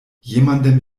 jemandem